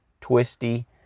twisty